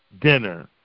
dinner